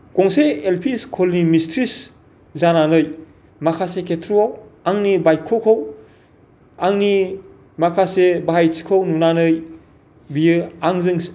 गंसे LP school नि mistress जानानै माखासे खेत्र'आव आंनि बायख्य'खौ आंनि माखासे बाहायथिखौ नुनानै बियो आंजों